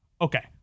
Okay